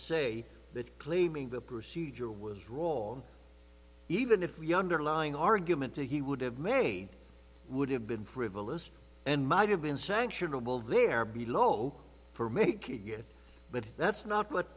say that claiming the procedure was wrong even if we underlying argument to he would have made would have been frivolous and might have been sanctionable there below for making it but that's not what